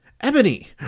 Ebony